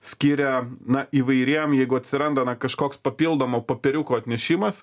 skiria na įvairiem jeigu atsiranda na kažkoks papildomo popieriuko atnešimas